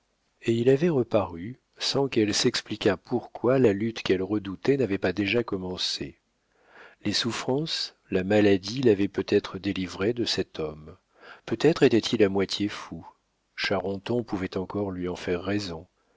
et il avait reparu sans qu'elle s'expliquât pourquoi la lutte qu'elle redoutait n'avait pas déjà commencé les souffrances la maladie l'avaient peut-être délivrée de cet homme peut-être était-il à moitié fou charenton pouvait encore lui en faire raison